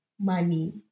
money